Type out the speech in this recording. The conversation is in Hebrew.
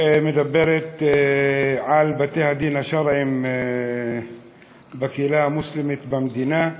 מדברת על בתי-הדין השרעיים בקהילה המוסלמית במדינה.